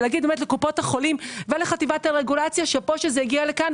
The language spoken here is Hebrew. ולומר לקופות החולים ולחטיבת הרגולציה שאפו שזה הגיע לפה,